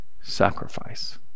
sacrifice